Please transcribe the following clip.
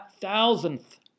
thousandth